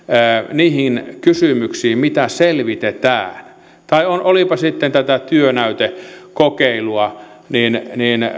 niihin kysymyksiin mitä selvitetään tai olipa sitten tätä työnäytekokeilua niin